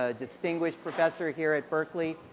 ah distinguished professor here at berkeley,